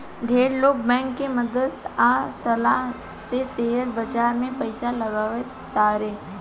ढेर लोग बैंक के मदद आ सलाह से शेयर बाजार में पइसा लगावे तारे